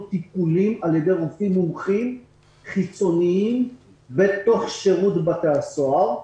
טיפולים על ידי רופאים מומחים חיצוניים בתוך שירות בתי הסוהר,